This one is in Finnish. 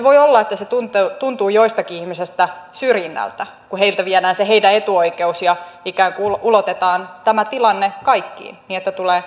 voi olla että se tuntuu joistakin ihmisistä syrjinnältä kun heiltä viedään se heidän etuoikeutensa ja ikään kuin ulotetaan tämä tilanne kaikkiin niin että tulee tässä suhteessa tasa arvo